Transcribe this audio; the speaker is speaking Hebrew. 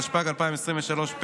התשפ"ג 2023,